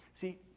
See